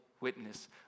witness